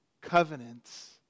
covenants